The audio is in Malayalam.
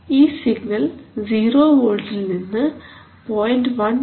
ഈ സിഗ്നൽ 0 വോൾട്ടിൽ നിന്ന് 0